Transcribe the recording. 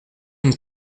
une